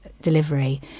delivery